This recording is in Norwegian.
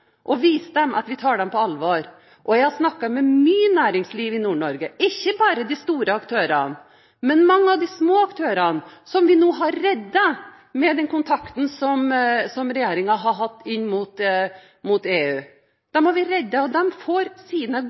og vise dem at vi tar dem på alvor. Jeg har snakket med mange i næringslivet i Nord-Norge – og ikke bare de store aktørene, men mange av de små aktørene, som vi nå har reddet med den kontakten regjeringen har hatt inn mot EU. Dem har vi reddet. De får sine